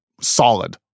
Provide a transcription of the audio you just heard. solid